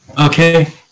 okay